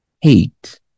hate